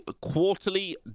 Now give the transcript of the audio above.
quarterly